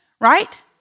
Right